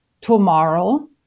tomorrow